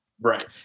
Right